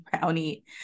brownie